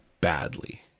badly